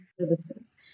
services